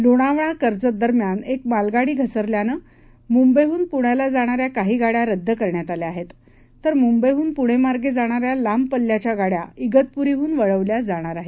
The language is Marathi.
लोणावळा कर्जत दरम्यान एक मालगाडी घसरल्यानं मुंबईहून पुण्याला जाणाऱ्या काही गाड्या रद्द करण्यात आल्या आहेत तर मुंबईहून पुणे मार्गे जाणाऱ्या लांब पल्ल्याच्या गाड्या शितपुरीहून वळवल्या जाणार आहेत